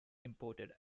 imported